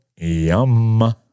Yum